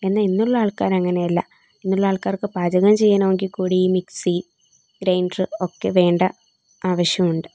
എന്നാൽ ഇന്നുള്ള ആൾക്കാർ അങ്ങനെയല്ല ഇന്നുള്ള ആൾക്കാർക്ക് പാചകം ചെയ്യണമെങ്കിൽ കൂടി മിക്സി ഗ്രൈൻഡർ ഒക്കെ വേണ്ട ആവശ്യമുണ്ട്